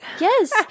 Yes